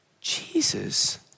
Jesus